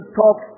talk